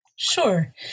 Sure